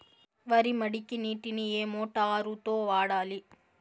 వరి మడికి నీటిని ఏ మోటారు తో వాడాలి?